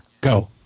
go